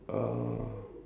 uh